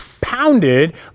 pounded